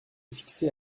fixé